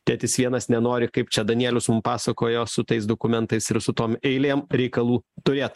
tėtis vienas nenori kaip čia danielius mum pasakojo su tais dokumentais ir su tom eilėm reikalų turėt